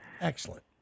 Excellent